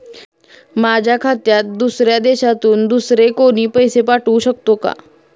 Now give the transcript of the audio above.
माझ्या खात्यात दुसऱ्या देशातून दुसरे कोणी पैसे पाठवू शकतो का?